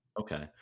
Okay